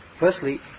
Firstly